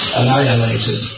annihilated